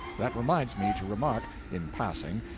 that reminds me to remark, in passing,